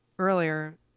earlier